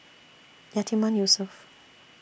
Yatiman Yusof